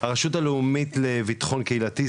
הרשות הלאומית לביטחון קהילתי,